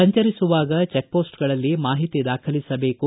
ಸಂಚರಿಸುವಾಗ check post ಗಳಲ್ಲಿ ಮಾಹಿತಿ ದಾಖಲಿಸಬೇಕು